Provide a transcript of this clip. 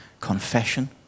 confession